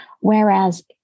whereas